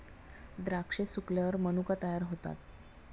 द्राक्षे सुकल्यावर मनुका तयार होतात